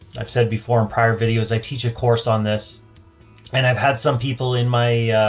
i've said before in prior videos, i teach a course on this and i've had some people in my, ah,